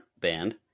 band